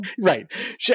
right